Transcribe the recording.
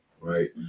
right